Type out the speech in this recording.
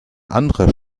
anderer